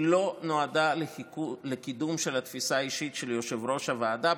לא נועדה לקידום של התפיסה האישית של יושב-ראש הוועדה,